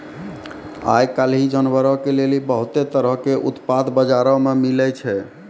आइ काल्हि जानवरो के लेली बहुते तरहो के उत्पाद बजारो मे मिलै छै